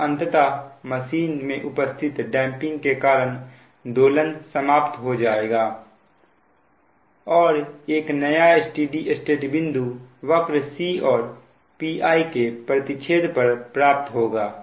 और अंततः मशीन में उपस्थित डैंपिंग के कारण दोलन समाप्त हो जाएगा और एक नया स्टेडी स्टेट बिंदु वक्र C और Pi के प्रतिच्छेद पर प्राप्त होगा